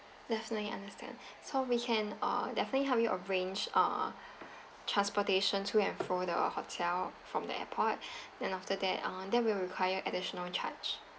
definitely understand so we can uh definitely help you arrange uh transportation to and fro to our hotel from the airport then after that uh then we will require additional charge